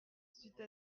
suite